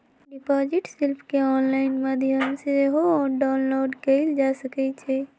deposit slip केंऑनलाइन माध्यम से सेहो डाउनलोड कएल जा सकइ छइ